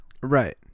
right